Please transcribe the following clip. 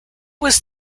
was